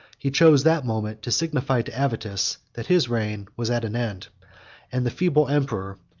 he chose that moment to signify to avitus, that his reign was at an end and the feeble emperor,